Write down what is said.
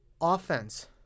offense